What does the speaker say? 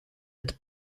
het